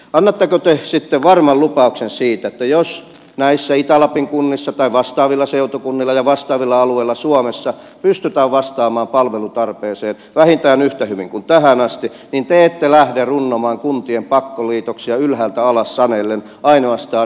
annatteko te sitten varman lupauksen siitä että jos näissä itä lapin kunnissa tai vastaavissa seutukunnissa ja vastaavilla alueilla suomessa pystytään vastaamaan palvelutarpeeseen vähintään yhtä hyvin kuin tähän asti niin te ette lähde runnomaan kuntien pakkoliitoksia ylhäältä alas sanellen ainoastaan ideologisista syistä